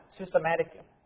systematically